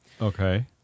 okay